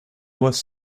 was